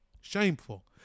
Shameful